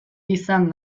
izan